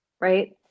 right